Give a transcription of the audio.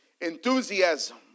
enthusiasm